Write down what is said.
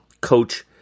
coach